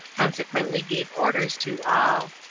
consequently gave orders to all.